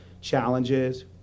challenges